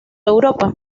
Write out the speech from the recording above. europa